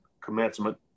commencement